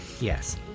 Yes